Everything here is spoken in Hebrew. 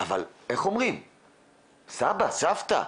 אבל איך אומרים, סבא, סבתא,